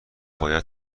باید